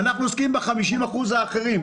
אבל כאן אנחנו עוסקים ב-50% האחרים.